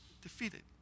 defeated